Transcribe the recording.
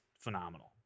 phenomenal